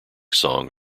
song